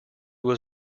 was